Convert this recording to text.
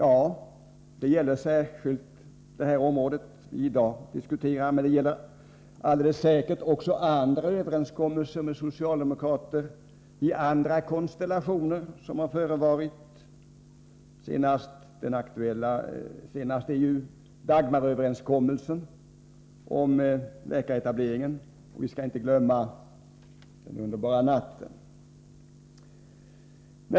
Detta gäller särskilt det område vi i dag diskuterar, men det gäller alldeles säkert också överenskommelser med socialdemokrater i andra konstellationer som har förevarit. Det senaste exemplet är Dagmaröverenskommelsen om läkaretableringen, och vi skall inte glömma ”den underbara natten”.